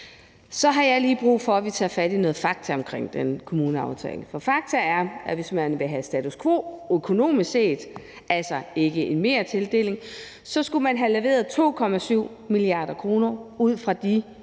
Så har jeg lige brug for, at vi tager fat i nogle fakta omkring den kommuneaftale. For fakta er, at man, hvis man vil have status quo økonomisk set, altså ikke en mertildeling, så skulle have leveret 2,7 mia. kr. ud fra de